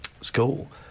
school